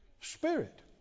spirit